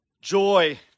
joy